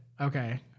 Okay